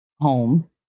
home